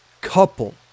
couple